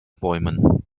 bäumen